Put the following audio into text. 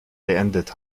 beendet